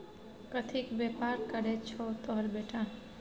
कथीक बेपार करय छौ तोहर बेटा?